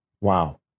Wow